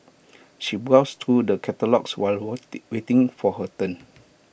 she browsed through the catalogues while waiting for her turn